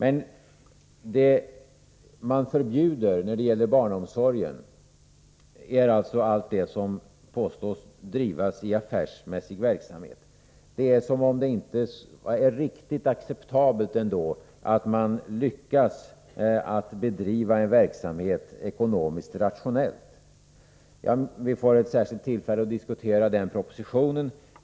Inom barnomsorgen förbjuder man allt som påstås drivas i affärsmässig verksamhet. Det är som om det inte vore riktigt acceptabelt att man lyckas bedriva en verksamhet ekonomiskt rationellt. Vi får senare tillfälle att diskutera den propositionen.